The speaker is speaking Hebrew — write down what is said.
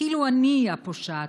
כאילו אני היא הפושעת.